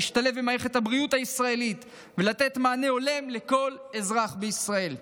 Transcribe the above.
להשתלב במערכת הבריאות הישראלית ולתת מענה הולם לכל אזרח בישראל.